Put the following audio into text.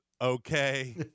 okay